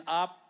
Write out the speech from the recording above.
up